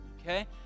Okay